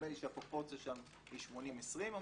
נדמה לי שהפרופורציה שם היא 80%-20%.